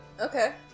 Okay